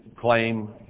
claim